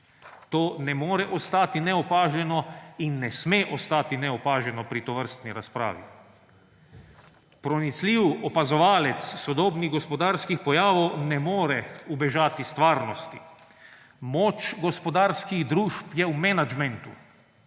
To ne more ostati neopaženo in ne sme ostati neopaženo pri tovrstni razpravi. Pronicljiv opazovalec sodobnih gospodarskih pojavov ne more ubežati stvarnosti. Moč gospodarskih družb je v menedžmentu,